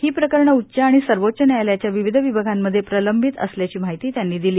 हि प्रकरणं उच्च आणि सर्वोच्च न्यायालयाच्या विविध विभागांमध्ये प्रलंबित असल्याची माहिती त्यांनी दिली